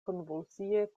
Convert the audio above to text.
konvulsie